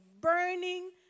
burning